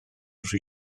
rhy